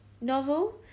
novel